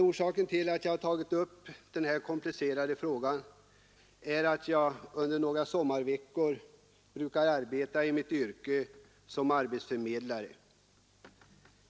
Orsaken till att jag har tagit upp frågan är att jag under några sommarveckor brukar arbeta i mitt yrke som arbetsförmedlare.